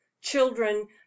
children